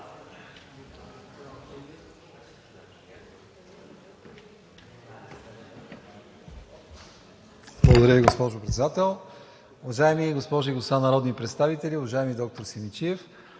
Благодаря Ви, госпожо Председател. Уважаеми госпожи и господа народни представители! Уважаема госпожо